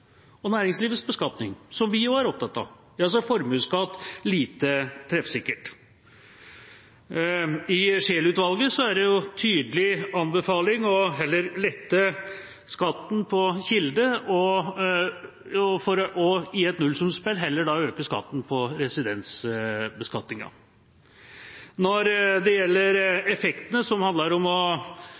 og næringslivets beskatning, som vi også er opptatt av. Da er formuesskatt lite treffsikkert. I Scheel-utvalget er det en tydelig anbefaling heller å lette skatten på kilde og i et nullsumspill heller øke skatten på residensbeskatninga. Når det gjelder effektene som handler om å